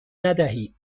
ندهید